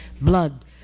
blood